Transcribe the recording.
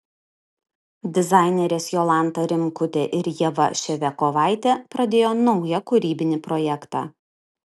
dizainerės jolanta rimkutė ir ieva ševiakovaitė pradėjo naują kūrybinį projektą